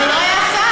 אבל הוא לא היה שר.